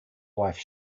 wife